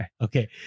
okay